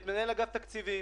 את מנהל אגף תקציבים: